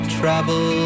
travel